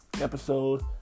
episode